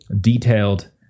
detailed